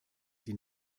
die